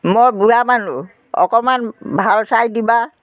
মই বুঢ়া মানুহ অকমান ভাল চাই দিবা